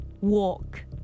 walk